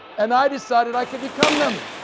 and i decided i could become them,